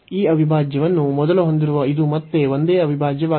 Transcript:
ಈ ಅವಿಭಾಜ್ಯವನ್ನು ಮೊದಲು ಹೊಂದಿರುವ ಇದು ಮತ್ತೆ ಒಂದೇ ಅವಿಭಾಜ್ಯವಾಗಿದೆ